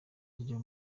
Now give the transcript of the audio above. ryo